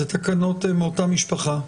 תקנות מאותה משפחה.